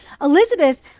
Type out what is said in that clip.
Elizabeth